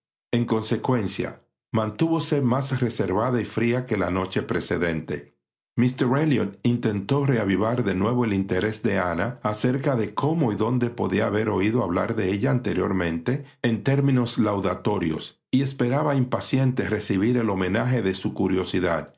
en consecuencia mantúvose más reservada y fría que la noche precedente míster elliot intentó reavivar de nuevo el interés de ana acerca de cómo y dónde podía haber oído hablar de ella anteriormente en términos laudatorios y esperaba impaciente recibir el homenaje de su curiosidad